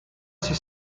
ser